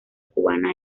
cubana